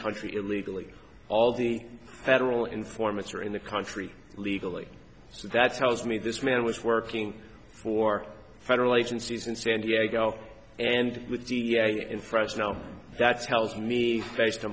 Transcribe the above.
country illegally all the federal informants are in the country legally so that's helped me this man was working for federal agencies in san diego and with the in fresno that's held me face to